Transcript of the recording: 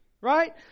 Right